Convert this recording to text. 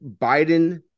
Biden